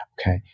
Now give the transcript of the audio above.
okay